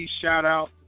shout-out